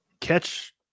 catch